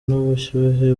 n’ubushyuhe